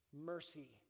mercy